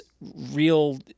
real